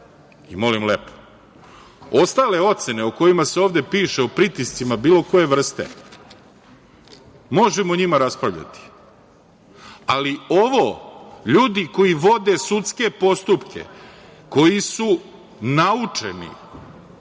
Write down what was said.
i molim lepo. Ostale ocene, o kojima se ovde piše, o pritiscima bilo koje vrste, možemo o njima raspravljati, ali ovo, ljudi koji vode sudske postupke, koji su naučeni,